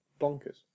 bonkers